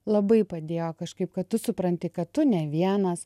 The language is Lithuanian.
labai padėjo kažkaip kad tu supranti kad tu ne vienas